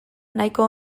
nahiko